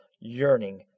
yearning